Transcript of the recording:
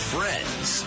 Friends